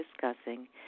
discussing